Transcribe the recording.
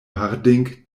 harding